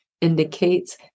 indicates